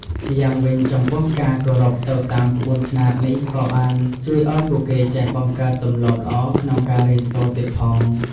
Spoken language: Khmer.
ម្យ៉ាងវិញចំពោះការគោរពទៅតាមក្បួនខ្នាតនេះក៏បានជួយឲ្យពួកគេចេះបង្កើតទម្លាប់ល្អក្នុងការរៀនសូត្រទៀតផង។